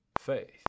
faith